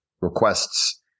requests